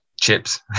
Chips